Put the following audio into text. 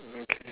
okay